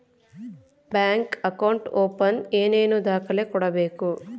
Bank account open ಏನೇನು ದಾಖಲೆ ಕೊಡಬೇಕು?